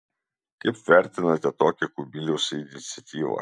kaip vertinate tokią kubiliaus iniciatyvą